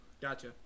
Gotcha